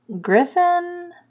griffin